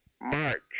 march